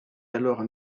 alors